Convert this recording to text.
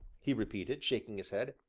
he repeated, shaking his head.